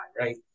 right